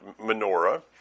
menorah